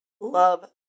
love